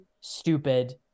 stupid